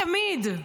תמיד,